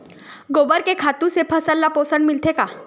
गोबर के खातु से फसल ल पोषण मिलथे का?